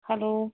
hello